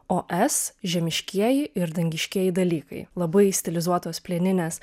o s žemiškieji ir dangiškieji dalykai labai stilizuotos plieninės